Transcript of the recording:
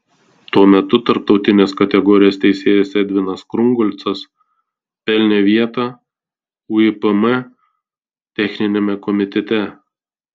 tuo metu tarptautinės kategorijos teisėjas edvinas krungolcas pelnė vietą uipm techniniame komitete